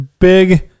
big